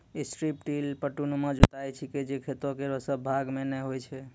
strip till पट्टीनुमा जुताई छिकै जे खेतो केरो सब भाग म नै होय छै